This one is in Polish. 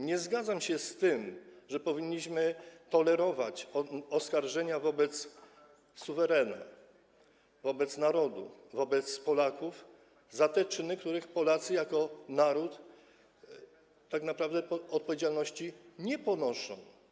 Nie zgadzam się z tym, że powinniśmy tolerować oskarżenia wobec suwerena, wobec narodu, wobec Polaków, za te czyny, za które Polacy jako naród tak naprawdę odpowiedzialności nie ponoszą.